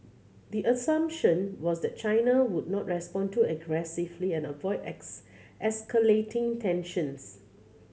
the assumption was that China would not respond too aggressively and avoid ex escalating tensions